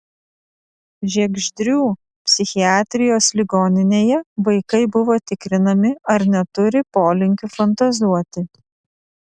žiegždrių psichiatrijos ligoninėje vaikai buvo tikrinami ar neturi polinkių fantazuoti